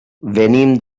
venim